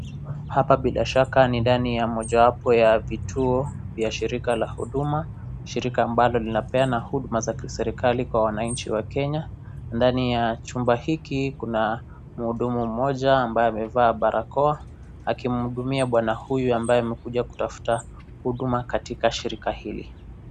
Apa bila shaka ni ndani ya mojawapo ya vituo vya shirika la huduma, shirika ambalo linapeana huduma za kiserikali Kwa wananchi wa kenya, ndani ya chumba hiki kuna muhudumu mmoja ambaye amevaa barakoa akimhudhumia bwana huyu ambaye amekuja kutafta huduma katika shirika hili.